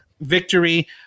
victory